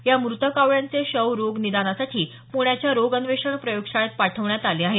या मृत कावळ्यांचे शव रोग निदनासाठी पुण्याच्या रोग अन्वेषण प्रयोग शाळेत पाठवण्यात आले आहेत